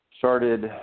Started